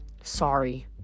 Sorry